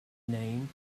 name